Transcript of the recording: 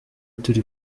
turi